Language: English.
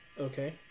Okay